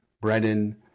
Brennan